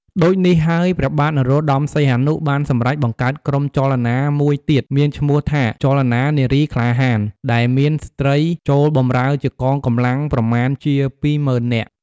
ដូចនេះហើយព្រះបាទ នរោត្តមសីហនុ បានសម្រេចបង្កើតក្រុមចលនាមួយទៀតមានឈ្មោះថា ចលនានារីក្លាហាន ដែលមានស្ត្រីចូលបម្រើជាកងកម្លាំងប្រមាណជា ២០,០០០ (២មុឺននាក់) ។